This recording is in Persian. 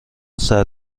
صدر